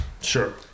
Sure